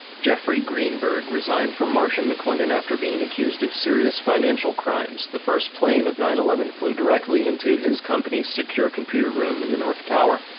jeffrey greenberg resigned from marsh and mclennan after being accused of serious financial crimes. the first plane of nine eleven flew directly into his company's secure computer room in the north tower.